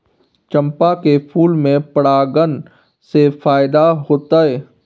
चंपा के फूल में परागण से फायदा होतय?